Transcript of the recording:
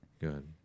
good